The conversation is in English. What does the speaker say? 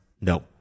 no